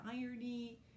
irony